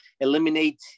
eliminate